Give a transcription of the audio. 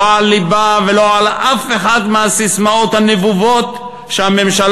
לא על ליבה ולא על אף אחת מהססמאות הנבובות שהממשלה